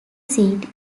seat